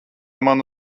mani